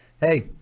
Hey